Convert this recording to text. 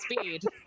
speed